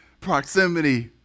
proximity